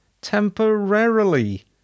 Temporarily